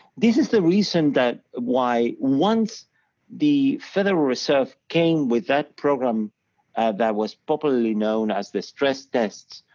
this is the reason that why once the federal reserve came with that program that was properly known as the stress tests,